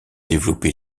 développé